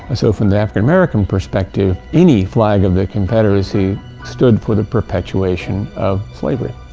ah so from the african american perspective, any flag of the confederacy stood for the perpetuation of slavery.